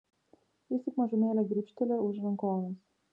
jis tik mažumėlę gribštelėjo už rankovės